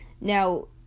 Now